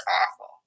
awful